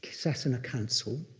sasana council,